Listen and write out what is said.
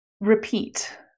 repeat